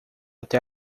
até